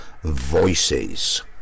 Voices